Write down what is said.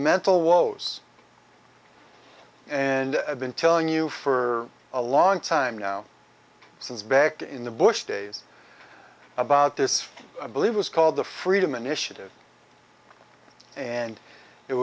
mental woes and i've been telling you for a long time now since back in the bush days about this i believe was called the freedom an issue and it